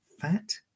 fat